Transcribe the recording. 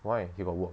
why she got work